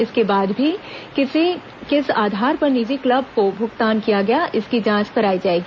इसके बाद भी किस आधार पर निजी क्लब को भुगतान किया गया इसकी जांच कराई जाएगी